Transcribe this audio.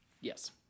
Yes